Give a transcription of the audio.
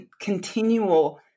continual